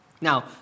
Now